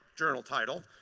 journal title,